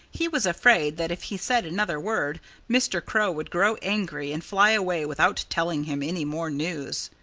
he was afraid that if he said another word mr. crow would grow angry and fly away without telling him any more news.